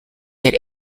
that